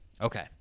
Okay